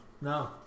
No